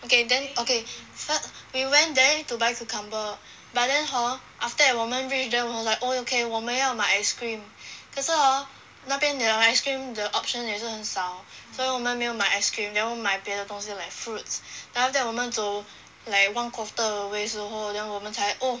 okay then okay fi~ we went there to buy cucumber but then hor after that 我们 reach then 我 like oh okay 我们要买 ice cream 可是 hor 那边的 ice cream 的 option 也很少所以我们没有买 ice cream then 我买别的东西 like fruits then after that 我们走 like one quarter of the way 时候 then 我们才 oh